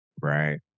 Right